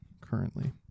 currently